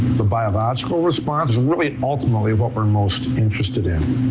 the biological response is really ultimately what we're most interested in.